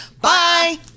Bye